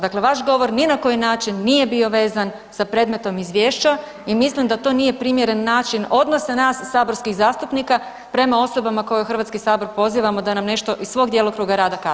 Dakle vaš govor ni na koji način nije bio vezan sa predmetom izvješća i mislim da to nije primjeren način odnosa nas saborskih zastupnika prema osobama koje u Hrvatski sabor pozivamo da nam nešto iz svog djelokruga rada kažu.